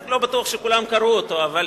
לא בטוח שכולם קראו אותו, אבל